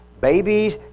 babies